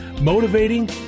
motivating